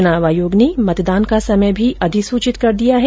चुनाव आयोग ने मतदान का समय भी अधिसूचित कर दिया है